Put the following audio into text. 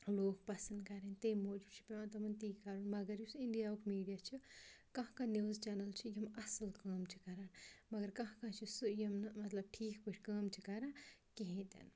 لُکھ پَسنٛد کَرٕنۍ تٔمۍ موٗجوٗب چھِ پیٚوان تی کَرُن مگر یُس اِنڈیا ہُک میٖڈیا چھِ کانٛہہ کانٛہہ نِوٕز چَنَل چھِ یِم اَصٕل کٲم چھِ کَران مگر کانٛہہ کانٛہہ چھِ سُہ یِم نہٕ مطلب ٹھیٖک پٲٹھۍ کٲم چھِ کَران کِہیٖنۍ تہِ نہٕ